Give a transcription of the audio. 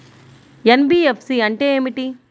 NBFC అంటే ఏమిటి?